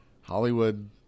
Hollywood